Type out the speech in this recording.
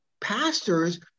Pastors